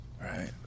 Right